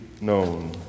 known